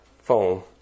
phone